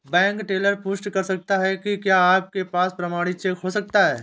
Bank teller पुष्टि कर सकता है कि क्या आपके पास प्रमाणित चेक हो सकता है?